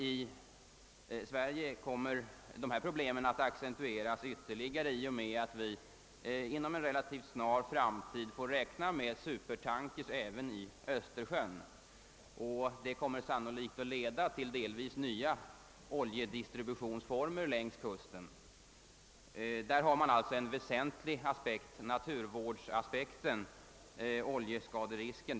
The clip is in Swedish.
I Sverige kommer dessa problem att accentueras i och med att vi inom en relativt snar framtid får räkna med att supertankers framförs även i Östersjön, vilket sannolikt kommer att leda till delvis nya oljedistributionsformer längs kusten. En väsentlig aspekt är alltså naturvårdssynpunkten, oljeskaderisken.